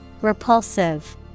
Repulsive